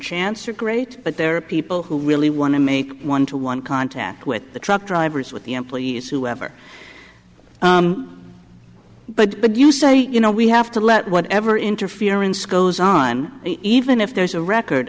chance are great but there are people who really want to make one to one contact with the truck drivers with the employees whoever but but you say you know we have to let whatever interference goes on even if there's a